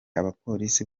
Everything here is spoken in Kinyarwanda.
abapolisi